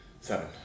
Seven